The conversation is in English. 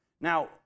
Now